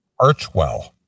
Archwell